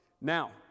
Now